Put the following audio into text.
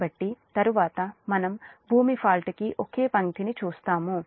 కాబట్టి తరువాత మనం గ్రౌండ్ ఫాల్ట్ కి ఒకే పంక్తిని చూస్తాము